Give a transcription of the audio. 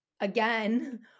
again